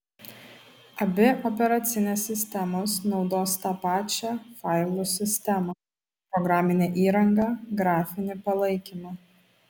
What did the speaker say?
abi operacinės sistemos naudos tą pačią failų sistemą programinę įrangą grafinį palaikymą